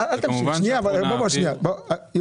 אני